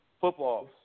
football